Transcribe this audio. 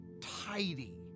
tidy